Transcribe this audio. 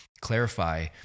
clarify